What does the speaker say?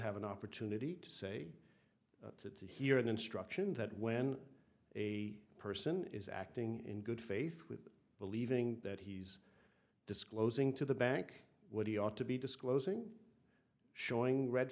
have an opportunity to say but to hear an instruction that when a person is acting in good faith with believing that he's disclosing to the bank what he ought to be disclosing showing red